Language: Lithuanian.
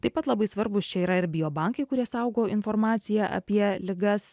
taip pat labai svarbūs čia yra ir biobankai kurie saugo informaciją apie ligas